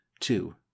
two